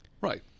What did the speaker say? Right